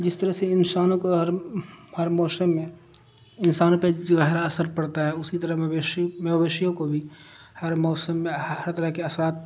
جس طرح سے انسانوں کو ہر ہر موسم میں انسانوں پہ جورا اثر پڑتا ہے اسی طرح مویشی مویشیوں کو بھی ہر موسم میں ہر طرح کے اثرات